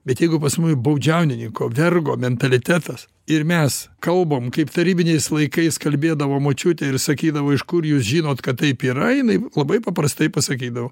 bet jeigu pas mus baudžiauninko vergo mentalitetas ir mes kalbam kaip tarybiniais laikais kalbėdavo močiutė ir sakydavo iš kur jūs žinot kad taip yra jinai labai paprastai pasakydavo